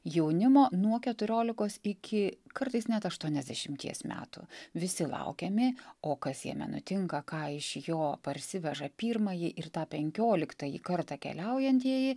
jaunimo nuo keturiolikos iki kartais net aštuoniasdešimties metų visi laukiami o kas jame nutinka ką iš jo parsiveža pirmąjį ir tą penkioliktąjį kartą keliaujantieji